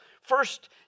First